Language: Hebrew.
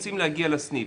רוצים להגיע לסניף.